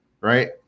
right